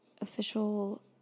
official